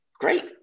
great